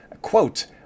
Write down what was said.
quote